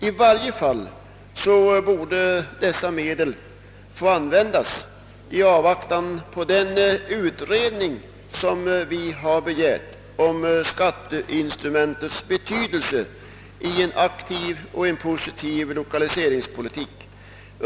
I varje fall borde dessa medel få användas i avvaktan på den utredning som vi begärt om skatteinstrumentets betydelse för en aktiv och positiv 1okaliseringspolitik.